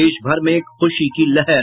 देशभर में खुशी की लहर